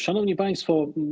Szanowni Państwo!